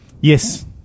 Yes